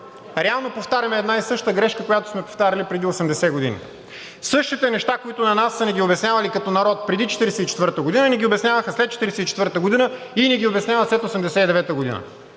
реално повтаряме една и съща грешка, която сме повтаряли преди 80 години. Същите неща, които на нас са ни ги обяснявали като народ преди 1944 г., ни ги обясняваха след 1944 г. и ни ги обясняват след 1989 г.